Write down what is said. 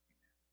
Amen